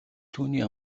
түүний